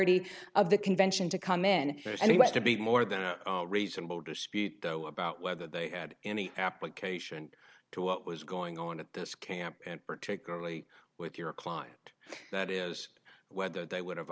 ty of the convention to come in and we want to be more than reasonable dispute though about whether they had any application to what was going on in the sky and particularly with your client that is whether they would